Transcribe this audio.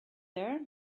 there